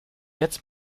jetzt